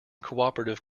cooperative